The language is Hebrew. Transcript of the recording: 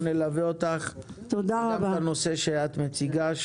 אנחנו נלווה אותך גם בנושא שאת מציגה,